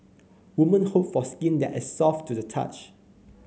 woman hope for skin that is soft to the touch